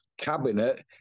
cabinet